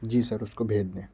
جی sir اس کو بھیج دیں